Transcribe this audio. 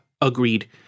Agreed